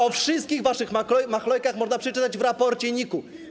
O wszystkich waszych machlojkach można przeczytać w raporcie NIK.